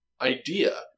idea